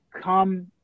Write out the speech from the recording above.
come